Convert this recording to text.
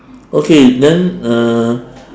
okay then uh